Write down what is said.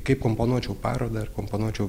kaip komponuočiau parodą komponuočiau